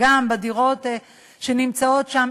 גם בדירות שנמצאות שם,